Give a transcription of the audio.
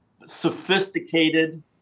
sophisticated